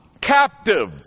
captive